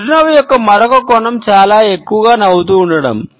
చిరునవ్వు యొక్క మరొక కోణం చాలా ఎక్కువగా నవ్వుతూ ఉండటం